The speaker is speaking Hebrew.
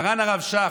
מר"ן הרב שך,